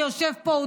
שיושב פה,